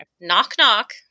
knock-knock